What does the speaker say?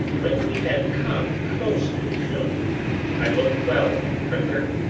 when we had come close to the tomb i looked well at arthur,